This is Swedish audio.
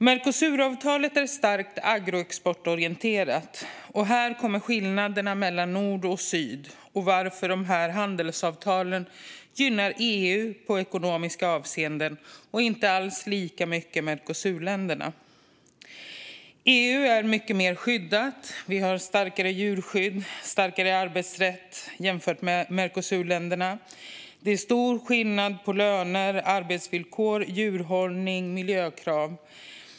Mercosuravtalet är starkt agroexportorienterat. Här kommer skillnaderna mellan nord och syd in och varför handelsavtalen gynnar EU i ekonomiska avseenden och inte alls Mercosurländerna lika mycket. EU är mycket mer skyddat. Vi har starkare djurskydd och starkare arbetsrätt jämfört med Mercosurländerna. Det är stor skillnad när det gäller löner, arbetsvillkor, djurhållning och miljökrav.